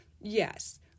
Yes